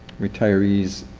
retirees